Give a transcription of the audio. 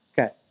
Okay